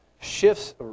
shifts